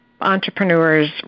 entrepreneurs